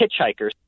hitchhikers